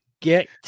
Get